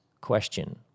question